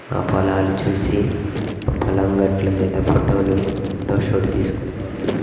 ఆ పొలాలు చూసి పొలం గట్ల మీద ఫోటోలు ఫోటోషూట్ తీసుకుంటాము